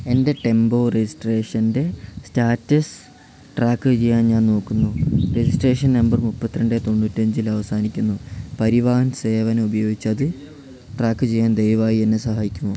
എൻറ്റെ ടെമ്പോ രജിസ്ട്രേഷൻറ്റെ status track ചെയ്യാൻ ഞാൻ നോക്കുന്നു രജിസ്ട്രേഷൻ നമ്പർ മുപ്പത്തിരണ്ട് തൊണ്ണൂറ്റഞ്ചിൽ അവസാനിക്കുന്നു പരിവാഹൻ സേവൻ ഉപയോഗിച്ച് അത് ട്രാക്ക് ചെയ്യാൻ ദയവായി എന്നെ സഹായിക്കുമോ